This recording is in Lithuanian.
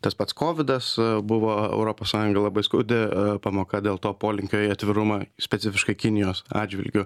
tas pats kovidas buvo europos sąjungai labai skaudi pamoka dėl to polinkio į atvirumą specifiškai kinijos atžvilgiu